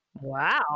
Wow